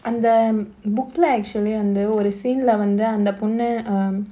அந்த:antha book lah actually வந்து ஒரு:vanthu oru scene lah வந்து அந்த பொண்ணு:vanthu antha ponnu um